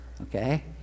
Okay